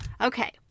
Okay